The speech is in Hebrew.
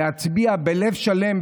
להצביע בלב שלם,